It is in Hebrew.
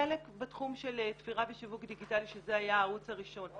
חלק בתחום של תפירה ושיווק דיגיטלי שזה היה הערוץ הראשון,